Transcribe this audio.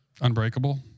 Unbreakable